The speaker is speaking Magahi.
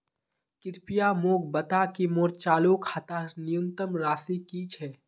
कृपया मोक बता कि मोर चालू खातार न्यूनतम राशि की छे